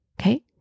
Okay